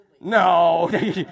No